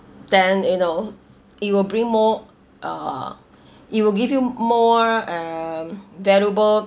then you know it will bring more uh it will give you more um valuable